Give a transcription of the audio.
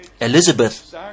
Elizabeth